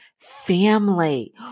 family